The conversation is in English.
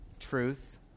Truth